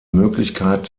möglichkeit